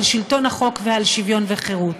על שלטון החוק ועל שוויון וחירות.